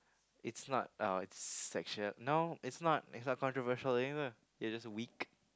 it's not oh it's actually no it's not it's not controversial then you are you are just weak